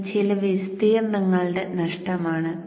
ഇതും ചില വിസ്തീർണങ്ങളുടെ നഷ്ടമാണ്